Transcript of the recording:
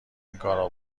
اینکارا